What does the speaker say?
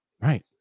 Right